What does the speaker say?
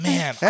Man